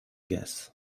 guess